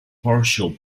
partial